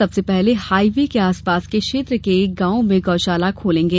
सबसे पहले highway के आसपास के क्षेत्र के ग्रामों में गौ शाला खोलेंगे